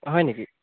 হয় নেকি